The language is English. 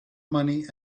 money